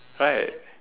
right